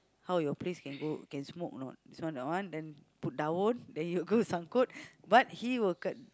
how your place can go can smoke or not this one that one then put down then he will go sangkut but he will k~